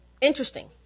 Interesting